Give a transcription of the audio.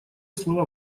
слова